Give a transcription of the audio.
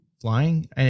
flying